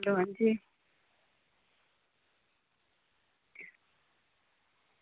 हां जी